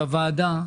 לוועדה,